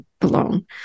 belong